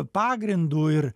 pagrindu ir